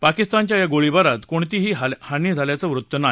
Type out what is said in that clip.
पाकिस्तानच्या या गोळीबारात कोणतीही हानी झाल्याचं वृत्त नाही